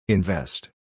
Invest